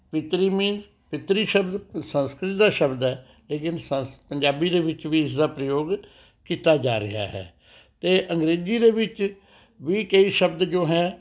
ਪਿੱਤਰੀ means ਪਿੱਤਰੀ ਸ਼ਬਦ ਸੰਸਕ੍ਰਿਤ ਦਾ ਸ਼ਬਦ ਹੈ ਲੇਕਿਨ ਸੰਸ ਪੰਜਾਬੀ ਦੇ ਵਿੱਚ ਵੀ ਇਸਦਾ ਪ੍ਰਯੋਗ ਕੀਤਾ ਜਾ ਰਿਹਾ ਹੈ ਅਤੇ ਅੰਗਰੇਜ਼ੀ ਦੇ ਵਿੱਚ ਵੀ ਕਈ ਸ਼ਬਦ ਜੋ ਹੈਂ